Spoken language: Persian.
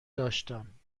داشتم